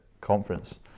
conference